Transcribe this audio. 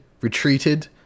retreated